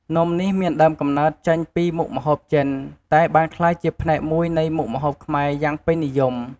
នំនេះមានដើមកំណើតចេញពីមុខម្ហូបចិន តែបានក្លាយជាផ្នែកមួយនៃមុខម្ហូបខ្មែរយ៉ាងពេញនិយម។